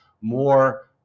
more